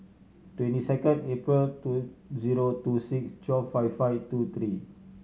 twenty second April two zero two six twelve five five two three